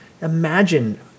Imagine